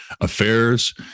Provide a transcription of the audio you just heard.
affairs